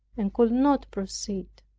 and could not proceed.